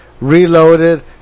reloaded